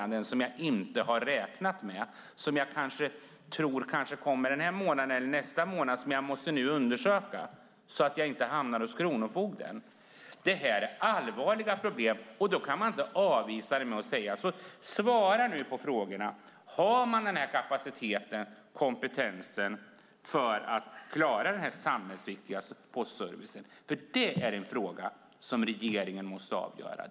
Vad är det som jag inte har räknat med men som jag tror kanske kommer den här månaden eller nästa månad och som jag nu måste undersöka för att inte hamna hos kronofogden? Det här är allvarliga problem. Dem kan man inte avvisa. Svara nu på frågorna! Har man den kapacitet och kompetens som krävs för att klara den samhällsviktiga postservicen? Det är en fråga som regeringen måste avgöra.